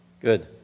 Good